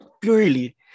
purely